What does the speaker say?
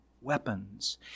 weapons